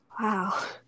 Wow